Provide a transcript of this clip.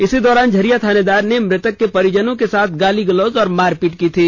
इसी दौरान झरिया थानेदार ने मृतक के परिजनों के साथ गाली गलौज और मारपीट की थी